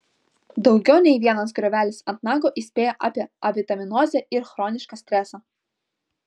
daugiau nei vienas griovelis ant nago įspėja avie avitaminozę ir chronišką stresą